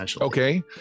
Okay